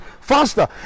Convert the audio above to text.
faster